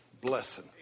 blessing